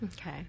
Okay